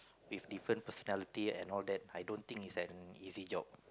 with different personality and all that I don't think is an easy job